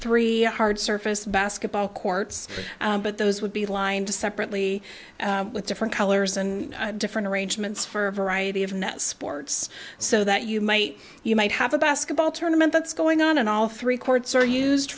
three hard surface basketball courts but those would be lined to separately with different colors and different arrangements for a variety of net sports so that you might you might have a basketball tournament that's going on and on all three courts are used